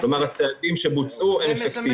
כלומר הצעדים שבוצעו הם אפקטיביים.